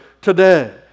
today